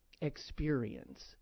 experience